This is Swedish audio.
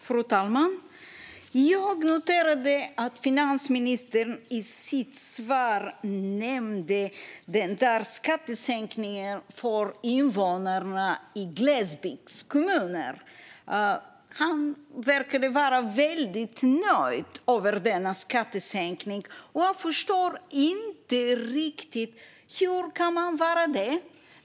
Fru talman! Jag noterade att finansministern i sitt svar nämnde skattesänkningen för invånare i glesbygdskommuner. Han verkade vara väldigt nöjd över denna skattesänkning. Jag förstår inte riktigt hur han kan vara det.